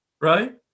Right